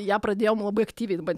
ją pradėjom labai aktyviai dabar